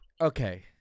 okay